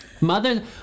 Mother